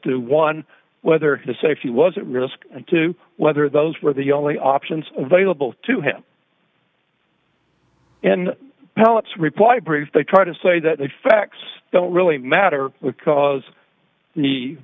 to one whether the safety was at risk and two whether those were the only options available to him and pellets reply brief they try to say that facts don't really matter because the